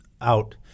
out